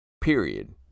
Period